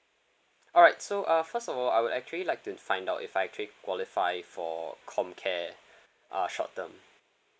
alright so uh first of all I would actually like to find out if I actually qualify for comcare uh short term